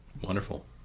Wonderful